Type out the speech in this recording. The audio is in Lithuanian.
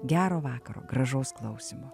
gero vakaro gražaus klausimo